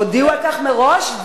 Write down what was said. הודיעו על כך מראש.